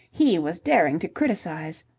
he was daring to criticize.